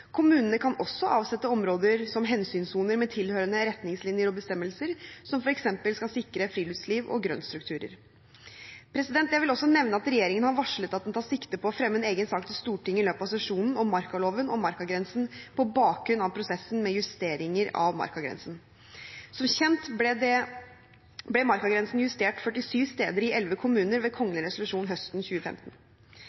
Kommunene kan også avsette områder som hensynssoner med tilhørende retningslinjer og bestemmelser, som f.eks. skal sikre friluftsliv og grønnstrukturer. Jeg vil også nevne at regjeringen har varslet at den tar sikte på å fremme en egen sak til Stortinget i løpet av sesjonen, om markaloven og markagrensen på bakgrunn av prosessen med justeringer av markagrensen. Som kjent ble markagrensen justert 47 steder i 11 kommuner ved